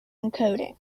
encoding